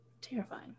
Terrifying